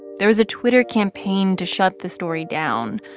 there was a twitter campaign to shut the story down.